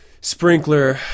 sprinkler